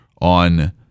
on